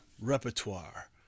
repertoire